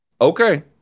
Okay